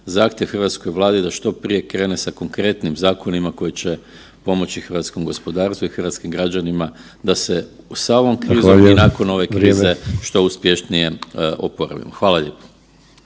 zahtjev hrvatskoj Vladi da što prije krene sa konkretnim zakonima koji će pomoći hrvatskom gospodarstvu i hrvatskim građanima da se sa ovom krizom …/Upadica: Zahvaljujem/… i nakon ove krize